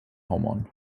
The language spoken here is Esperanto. homon